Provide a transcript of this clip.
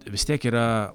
vis tiek yra